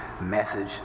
message